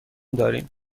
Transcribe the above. داریم